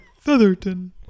Featherton